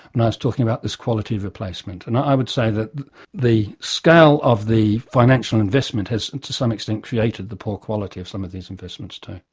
when i was talking about this quality replacement, and i would say that the scale of the financial investment has to some extent created the poor quality of some of these investments too.